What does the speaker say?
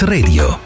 Radio